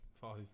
five